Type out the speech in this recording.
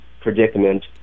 predicament